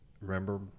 remember